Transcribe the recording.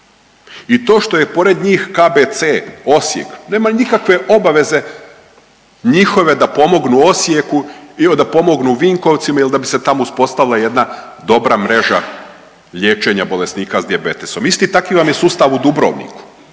I to što je pored njih KBC Osijek nema nikakve obaveze njihove da pomognu Osijeku il da pomognu Vinkovcima il da bi se tamo uspostavila jedna dobra mreža liječenja bolesnika s dijabetesom. Isti takvi vam je sustav u Dubrovniku.